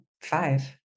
five